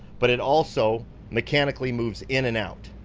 but it also mechanically moves in and out.